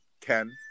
Ken